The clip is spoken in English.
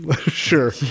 Sure